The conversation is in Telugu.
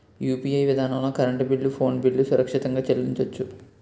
యూ.పి.ఐ విధానంలో కరెంటు బిల్లు ఫోన్ బిల్లు సురక్షితంగా చెల్లించొచ్చు